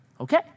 Okay